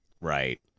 Right